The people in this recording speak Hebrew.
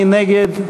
מי נגד?